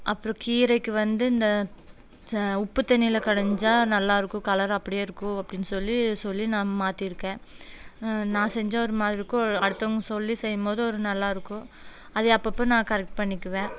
அப்புறம் கீரைக்கு வந்து இந்த ச உப்புத் தண்ணியில் கடைஞ்சால் நல்லா இருக்கும் கலர் அப்படியே அப்படின்னு சொல்லி நான் மாற்றிருக்கேன் நான் செஞ்சால் ஒரு மாதிரி இருக்கும் அடுத்தவங்க சொல்லி செய்யும் போது அது நல்லாயிருக்கும் அதையை அப்பப்போது நான் கரெட் பண்ணிக்குவேன்